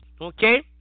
Okay